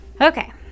okay